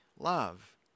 love